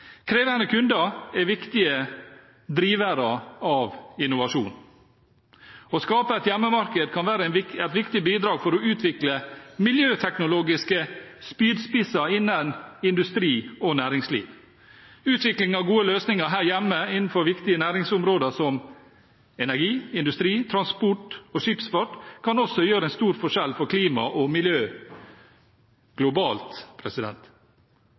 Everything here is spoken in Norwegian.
Krevende kunder er viktige drivere av innovasjon. Å skape et hjemmemarked kan være et viktig bidrag for å utvikle miljøteknologiske spydspisser innen industri og næringsliv. Utvikling av gode løsninger her hjemme innenfor viktige næringsområder som energi, industri, transport og skipsfart kan også utgjøre en stor forskjell for klima og miljø globalt.